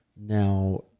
now